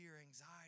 anxiety